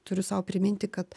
turiu sau priminti kad